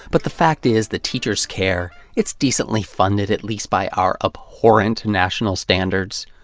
but the fact is, the teachers care, it's decently funded at least by our abhorrent national standards.